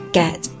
get